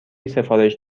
سفارش